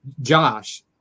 Josh